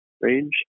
range